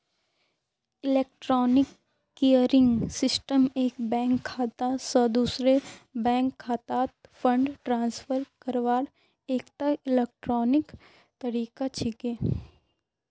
electronic clearing system एक bank खाता स दूसरे बैंक खातात फंड ट्रांसफर करवार एकता इलेक्ट्रॉनिक तरीका छिके